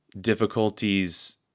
difficulties